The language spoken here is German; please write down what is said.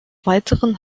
weiteren